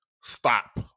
stop